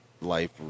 life